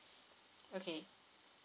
okay